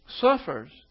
suffers